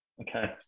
Okay